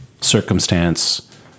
circumstance